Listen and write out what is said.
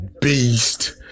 beast